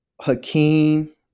Hakeem